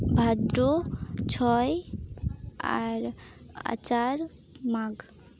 ᱵᱷᱟᱫᱨᱚ ᱪᱷᱚᱭ ᱟᱨ ᱪᱟᱨ ᱢᱟᱜᱽ